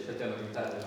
šatėnų gimtadienio